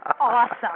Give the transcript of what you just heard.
awesome